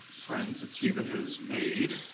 friends that stephen has made.